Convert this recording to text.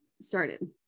started